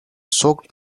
soaked